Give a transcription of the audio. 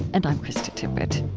and i'm krista tippett